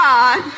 God